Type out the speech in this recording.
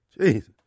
Jesus